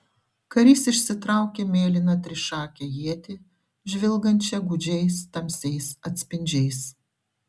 karys išsitraukė mėlyną trišakę ietį žvilgančią gūdžiais tamsiais atspindžiais